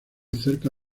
cerca